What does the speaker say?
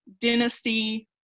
Dynasty